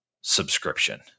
subscription